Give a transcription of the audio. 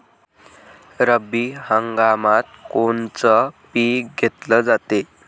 रब्बी हंगामात कोनचं पिक घेतलं जाते?